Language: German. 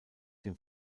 dem